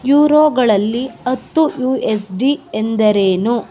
ಯುರೋಗಳಲ್ಲಿ ಹತ್ತು U S D ಎಂದರೇನು